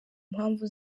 mpamvu